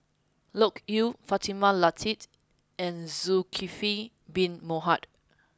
Loke Yew Fatimah Lateef and Zulkifli bin Mohamed